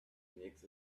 makes